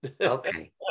Okay